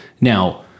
Now